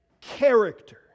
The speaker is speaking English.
character